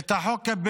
את החוק הבין-לאומי,